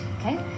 okay